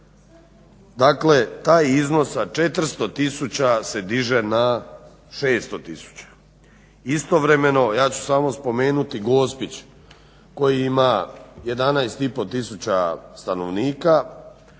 Dakle, taj iznos sa 400 000 se diže na 600 000. Istovremeno ja ću samo spomenuti Gospić koji ima 11500 stanovnika koji